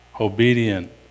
obedient